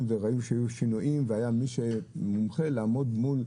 וראינו שהיו שינויים והיה מי שמומחה לעמוד מול,